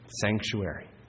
sanctuary